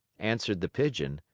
answered the pigeon,